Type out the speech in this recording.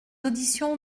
auditions